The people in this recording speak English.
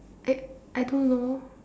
I I don't know